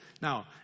Now